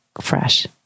Fresh